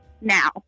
now